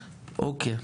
אוקיי.